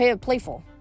playful